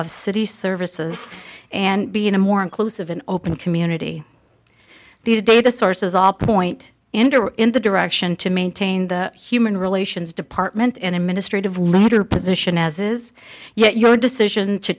of city services and being a more inclusive an open community these data sources all point in the direction to maintain the human relations department in a ministry of latter position as is yet your decision to